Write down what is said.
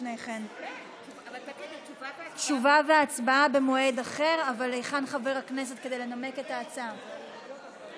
פיצויים לתושבי מתחם פארק חורשות (אבו כביר),